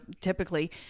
typically